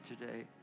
today